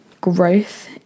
growth